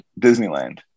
Disneyland